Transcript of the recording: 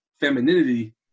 femininity